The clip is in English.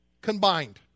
combined